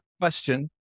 question